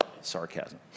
Sarcasm